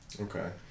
Okay